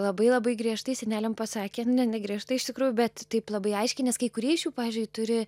labai labai griežtai seneliam pasakę ne negriežtai iš tikrųjų bet taip labai aiškiai nes kai kurie iš jų pavyzdžiui turi